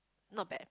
not bad